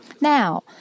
Now